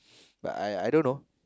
but I I don't know